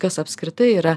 kas apskritai yra